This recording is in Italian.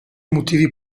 motivi